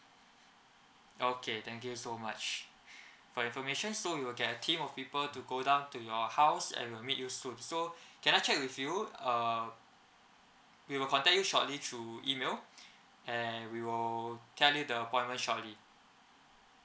okay thank you so much for information so we will get a team of people to go down to your house and we'll meet you soon so can I check with you um we will contact you shortly through email and we will tell you the appointment shortly